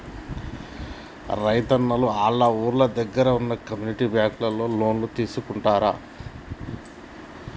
రైతున్నలు ఆళ్ళ ఊరి దగ్గరలో వున్న కమ్యూనిటీ బ్యాంకులలో లోన్లు తీసుకుంటారు